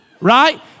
right